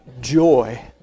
joy